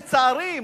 לצערי,